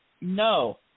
No